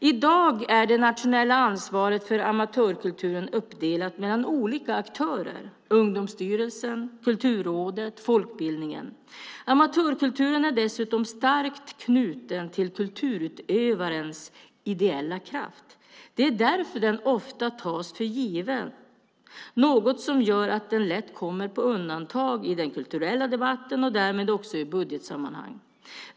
I dag är det nationella ansvaret för amatörkulturen uppdelat mellan olika aktörer: Ungdomsstyrelsen, Kulturrådet och Folkbildningsrådet. Amatörkulturen är dessutom starkt knuten till kulturutövarens ideella kraft. Det är därför den ofta tas för given, vilket gör att den lätt kommer på undantag i den kulturella debatten och därmed också i budgetsammanhang.